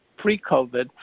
pre-COVID